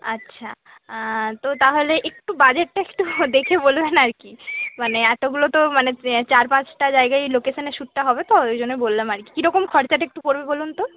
আচ্ছা তো তাহলে একটু বাজেটটা একটু দেখে বলবেন আর কি মানে এতগুলো তো মানে চার পাঁচটা জায়গায় লোকেশানে শ্যুটটা হবে তো ওই জন্যই বললাম আর কি কী রকম খরচা একটু পড়বে বলুন তো